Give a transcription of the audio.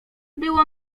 było